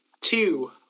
two